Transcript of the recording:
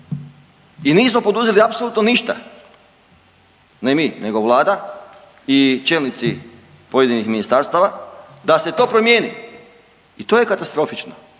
i nismo poduzeli apsolutno ništa, ne mi nego Vlada i čelnici pojedinih ministarstava da se to promijeni i to je katastrofično